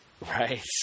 Right